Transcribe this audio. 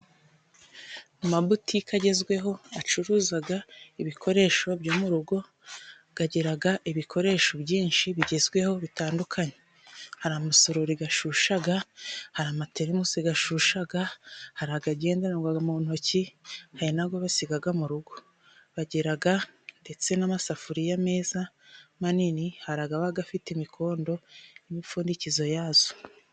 Amabutika agezweho acuruzaga ibikoresho byo mu rugo gagiraga ibikoresho byinshi bigezweho bitandukanye haramasororigashushaga, haramateremusi gashushaga ,hari agagendanwaga mu ntoki, hari nago basigaga mu rugo bagiraga ndetse n'amasafuriya meza manini haragabagafite imikondo n'imipfundikizo yazo.